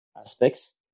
aspects